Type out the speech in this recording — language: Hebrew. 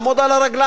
לעמוד על הרגליים.